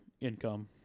income